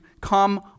come